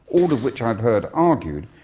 all of which i've heard argued,